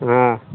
हँ